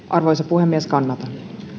arvoisa puhemies kannatan